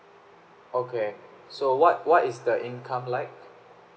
okay so what what is the income like